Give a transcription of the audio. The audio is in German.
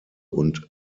und